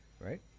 right